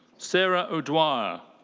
sarah o'dwyer.